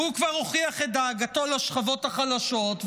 כי הוא כבר הוכיח את דאגתו לשכבות החלשות,